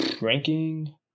ranking